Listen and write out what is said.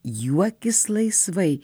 juokis laisvai